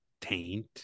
taint